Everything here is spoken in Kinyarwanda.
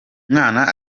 mwana